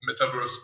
metaverse